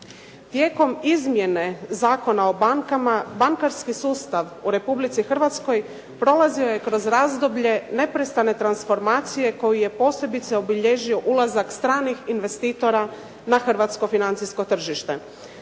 Tijekom izmjene Zakona o bankama bankarski sustav u Republici Hrvatskoj prolazio je kroz razdoblje neprestane transformacije koju je posebice obilježio ulazak stranih investitora na hrvatsko financijsko tržište.